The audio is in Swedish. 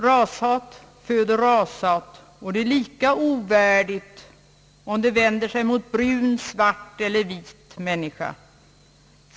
Rashat föder rashat, och det är lika ovärdigt vare sig det vänder sig mot en brun, svart eller vit människa.